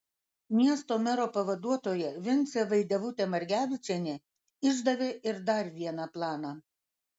miesto mero pavaduotoja vincė vaidevutė margevičienė išdavė ir dar vieną planą